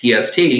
PST